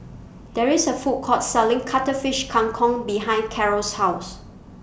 There IS A Food Court Selling Cuttlefish Kang Kong behind Karel's House